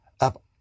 up